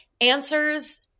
answers –